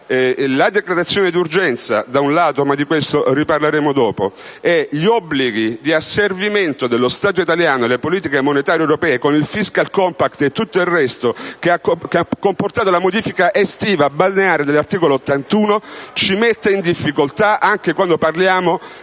la decretazione d'urgenza - ma di questo parleremo dopo - e gli obblighi di asservimento dello Stato italiano alle politiche monetarie europee, con il *fiscal* *compact* e tutto il resto (che ha comportato la modifica estiva e balneare dell'articolo 81 della Costituzione), ci mettono in difficoltà anche quando parliamo di